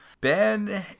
Ben